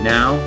Now